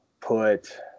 put